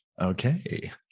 Okay